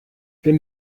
wenn